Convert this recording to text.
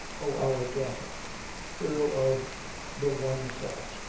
oh, our daughter girl of the one fault!